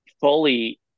fully